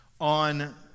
on